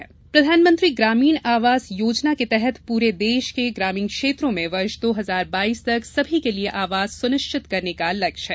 प्रधानमंत्री आवास प्रधानमंत्री ग्रामीण आवास योजना के तहत पूरे देश के ग्रामीण क्षेत्रों में वर्ष दो हजार बाईस तक सभी के लिए आवास सुनिश्चित करने का लक्ष्य है